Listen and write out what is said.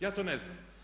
Ja to ne znam.